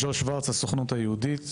בבקשה, ג'וש שוורץ, הסוכנות היהודית.